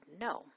no